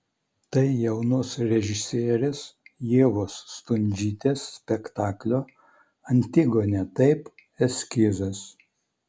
tai jaunos režisierės ievos stundžytės spektaklio antigonė taip eskizas